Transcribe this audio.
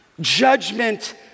Judgment